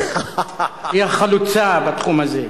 היא החלוצה בתחום הזה.